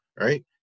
right